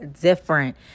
different